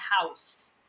house